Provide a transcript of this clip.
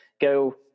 go